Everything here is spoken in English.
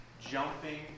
jumping